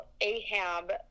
Ahab